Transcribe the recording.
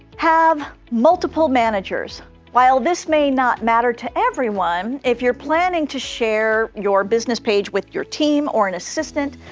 have multiple managers while this may not matter to everyone, if you're planning to share your business page with your team or an assistant,